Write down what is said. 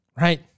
Right